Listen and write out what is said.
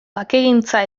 bakegintza